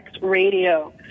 Radio